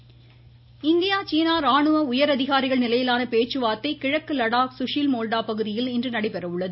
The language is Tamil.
ராணுவ அதிகாரிகள் இந்தியா சீனா ராணுவ உயர் அதிகாரிகள் நிலையிலான பேச்சுவார்த்தை கிழக்கு லடாக் சுஷீல் மோல்டா பகுதியில் இன்று நடைபெற உள்ளது